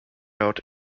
out